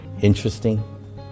interesting